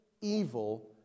evil